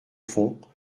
fond